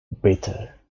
bitter